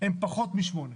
הם פחות מדירוג